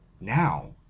now